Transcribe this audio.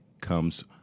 comes